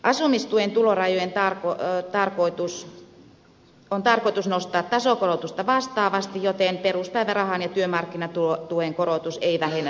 asumistuen tulorajoja on tarkoitus nostaa tasokorotusta vastaavasti joten peruspäivärahan ja työmarkkinatuen korotus ei vähennä sitten asumistukea